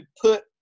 put